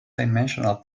dimensional